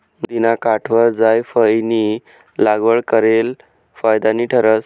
नदिना काठवर जायफयनी लागवड करेल फायदानी ठरस